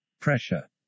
pressure